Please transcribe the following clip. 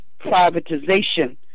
privatization